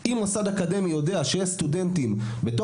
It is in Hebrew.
בין אם זה בתוך המוסד,